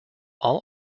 all